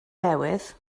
newydd